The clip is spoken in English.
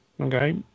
Okay